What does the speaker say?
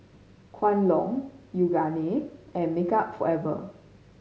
Kwan Loong Yoogane and Makeup Forever